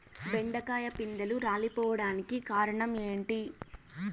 బెండకాయ పిందెలు రాలిపోవడానికి కారణం ఏంటి?